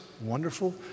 wonderful